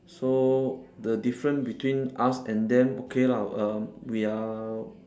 so the different between us and them okay lah err we are